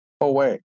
away